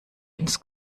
ins